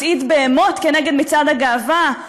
הצעיד בהמות כנגד מצעד הגאווה.